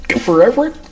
Forever